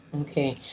Okay